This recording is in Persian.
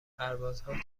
پروازها